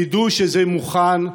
תדעו שזה מוכן,